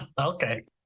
Okay